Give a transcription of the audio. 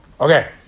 Okay